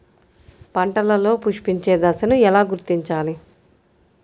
పంటలలో పుష్పించే దశను ఎలా గుర్తించాలి?